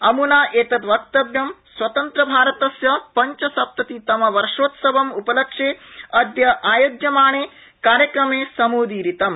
अमुना एततु वक्तव्यं स्वतन्त्रभारतस्य पंचसप्ततितमवर्षोत्सवम् उपलक्ष्ये अद्य समायोज्ययाणे कार्यक्रमे समुदीरितम्